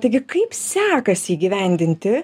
taigi kaip sekasi įgyvendinti